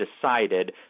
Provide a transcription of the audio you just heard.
decided